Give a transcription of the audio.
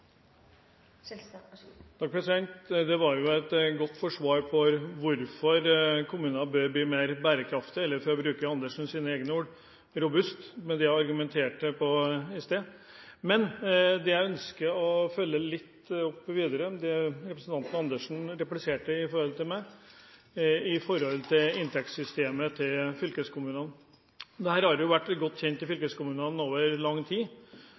Det var et godt forsvar for hvorfor kommunene bør bli mer bærekraftige eller, for å bruke Andersens egne ord, robuste – det jeg argumenterte for i sted. Men jeg ønsker å følge opp litt videre det representanten Andersen repliserte til meg angående inntektssystemet til fylkeskommunene. Dette har vært godt kjent i fylkeskommunene over lang tid.